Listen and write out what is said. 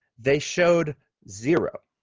they showed zero,